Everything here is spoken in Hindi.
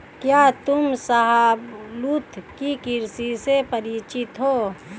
क्या तुम शाहबलूत की कृषि से परिचित हो?